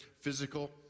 physical